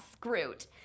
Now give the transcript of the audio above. Groot